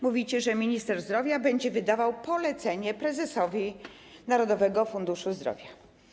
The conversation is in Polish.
Mówicie, że minister zdrowia będzie wydawał polecenie prezesowi Narodowego Funduszu Zdrowia.